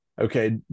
okay